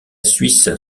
suisse